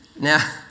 Now